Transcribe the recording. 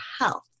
health